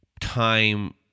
time